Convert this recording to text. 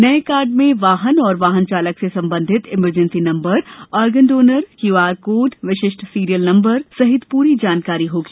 नए कार्ड में वाहन एवं वाहन चालक से संबंधित emergency number organ donor QR code विशिष्ट सीरियल नम्बर सहित पूरी जानकारी होगी